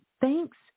thanks